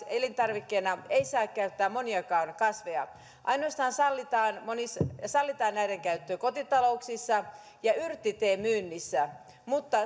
elintarvikkeena ei saa käyttää moniakaan kasveja ainoastaan sallitaan näiden käyttö kotitalouksissa ja yrttiteen myynnissä mutta